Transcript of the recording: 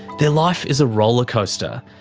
their life is a rollercoaster.